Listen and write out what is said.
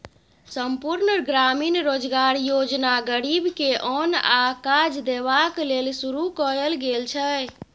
संपुर्ण ग्रामीण रोजगार योजना गरीब के ओन आ काज देबाक लेल शुरू कएल गेल छै